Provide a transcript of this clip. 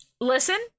Listen